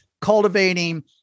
cultivating